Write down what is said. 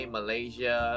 Malaysia